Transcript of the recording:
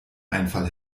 einfall